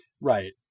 Right